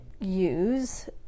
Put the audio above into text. use